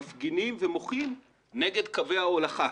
מפגינים ומוחים נגד קווי ההולכה.